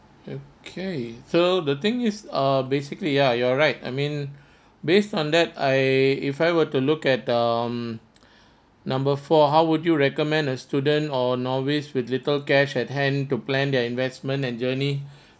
okay so the thing is uh basically ya you're right I mean based on that I if I were to look at um number four how would you recommend a student or novice with little cash at hand to plan their investment and journey